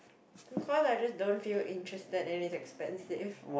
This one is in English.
cause I just don't feel interested and it's expensive